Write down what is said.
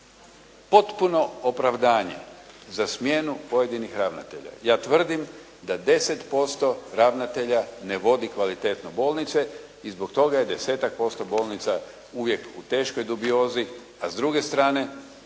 potpuno opravdanje za smjenu pojedinih ravnatelja. Ja tvrdim da 10% ravnatelja ne vodi kvalitetno bolnice i zbog toga je desetak posto bolnica uvijek u teškoj dubiozi, a s druge strane